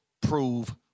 prove